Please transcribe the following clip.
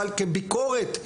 אבל כביקורת,